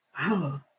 wow